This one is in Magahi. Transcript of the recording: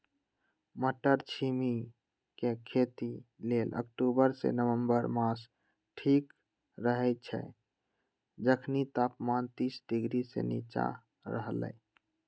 मट्टरछिमि के खेती लेल अक्टूबर से नवंबर मास ठीक रहैछइ जखनी तापमान तीस डिग्री से नीचा रहलइ